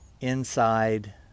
inside